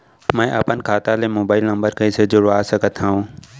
मैं अपन खाता ले मोबाइल नम्बर कइसे जोड़वा सकत हव?